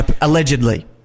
Allegedly